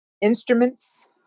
instruments